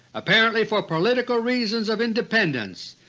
apparently for political reasons of independence,